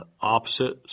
opposite